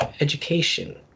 Education